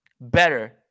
better